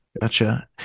Gotcha